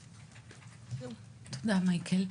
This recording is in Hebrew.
תודה, מייקל.